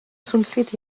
swnllyd